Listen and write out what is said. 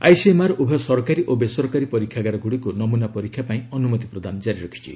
ICMR ଉଭୟ ସରକାରୀ ଓ ବେସରକାରୀ ପରୀକ୍ଷାଗାରଗୁଡ଼ିକୁ ନମୁନା ପରୀକ୍ଷା ପାଇଁ ଅନୁମତି ପ୍ରଦାନ ଜାରି ରଖିଛି